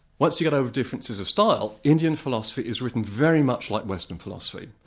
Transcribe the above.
once you get over differences of style, indian philosophy is written very much like western philosophy.